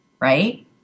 right